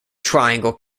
triangle